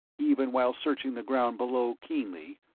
even while searching the ground below keenly,